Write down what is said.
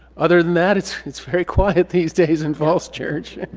other than that it's it's very quiet these days in falls church